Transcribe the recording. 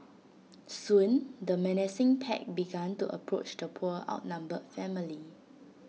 soon the menacing pack began to approach the poor outnumbered family